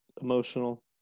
emotional